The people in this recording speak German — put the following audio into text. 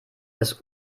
das